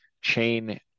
chain